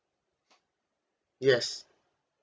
yes